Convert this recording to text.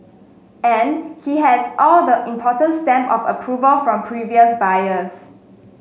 and he has all the important stamp of approval from previous buyers